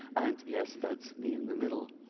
and yes, that's me in the middle.